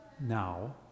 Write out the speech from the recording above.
Now